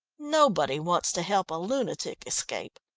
nobody wants to help a lunatic escape,